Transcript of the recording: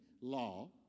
Law